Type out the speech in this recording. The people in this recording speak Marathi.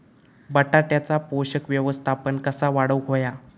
बटाट्याचा पोषक व्यवस्थापन कसा वाढवुक होया?